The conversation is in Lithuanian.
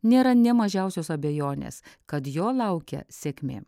nėra nė mažiausios abejonės kad jo laukia sėkmė